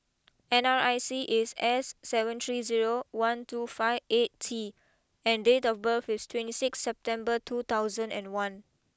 N R I C is S seven three zero one two five eight T and date of birth is twenty six September two thousand and one